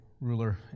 ruler